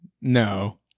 No